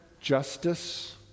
Justice